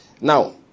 Now